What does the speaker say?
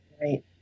Right